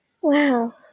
Wow